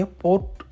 port